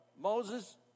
Moses